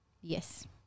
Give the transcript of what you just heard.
Yes